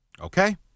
Okay